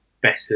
better